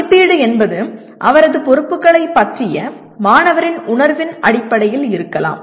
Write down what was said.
மதிப்பீடு என்பது அவரது பொறுப்புகளைப் பற்றிய மாணவரின் உணர்வின் அடிப்படையில் இருக்கலாம்